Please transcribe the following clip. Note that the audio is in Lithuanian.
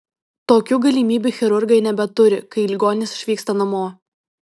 tokių galimybių chirurgai nebeturi kai ligonis išvyksta namo